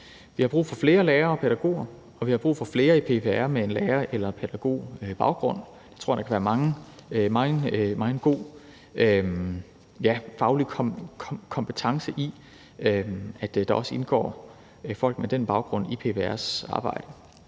Vi har brug for flere lærere og pædagoger, og vi har brug for flere i PPR med en lærer- eller pædagogbaggrund. Det tror jeg der kan være megen god faglig kompetence i, altså at der også indgår folk med den baggrund i PPR's arbejde.